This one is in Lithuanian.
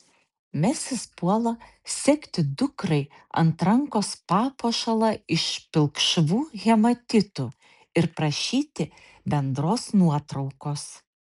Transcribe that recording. mesis puola segti dukrai ant rankos papuošalą iš pilkšvų hematitų ir prašyti bendros nuotraukos